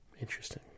Interesting